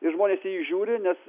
ir žmonės į jį žiūri nes